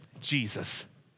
Jesus